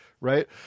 right